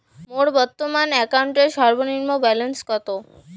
মোর বর্তমান অ্যাকাউন্টের সর্বনিম্ন ব্যালেন্স কত?